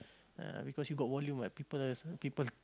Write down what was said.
uh because you got volume what people people